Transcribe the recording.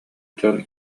дьон